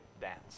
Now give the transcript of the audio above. dance